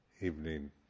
evening